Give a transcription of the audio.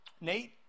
Nate